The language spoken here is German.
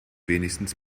wenigstens